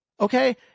Okay